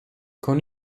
con